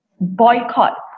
boycott